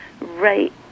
right